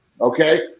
okay